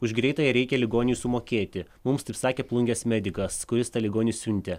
už greitąją reikia ligoniui sumokėti mums taip sakė plungės medikas kuris tą ligonį siuntė